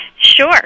Sure